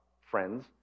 friends